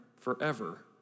forever